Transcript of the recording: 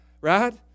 right